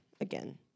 again